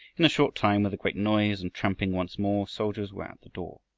in a short time, with a great noise and tramping, once more soldiers were at the door.